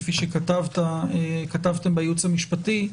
כפי שכתבתם בייעוץ המשפטי,